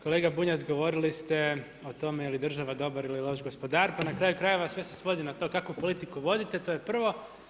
Kolega Bunjac govorili ste o tome jeli država dobar ili loš gospodar pa na kraju krajeva sve se svodi na to kakvu politiku vodite, to je prvo.